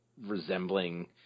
resembling